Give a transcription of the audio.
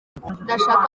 ndashaka